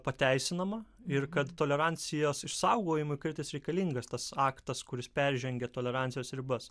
pateisinama ir kad tolerancijos išsaugojimui kartais reikalingas tas aktas kuris peržengia tolerancijos ribas